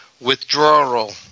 withdrawal